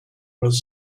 was